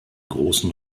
großen